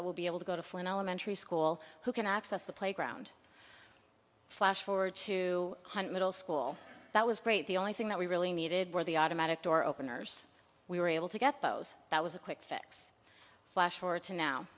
that will be able to go to flynn elementary school who can access the playground flashforward two hundred middle school that was great the only thing that we really needed were the automatic door openers we were able to get those that was a quick fix flash forward to now